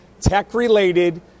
tech-related